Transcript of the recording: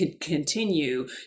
continue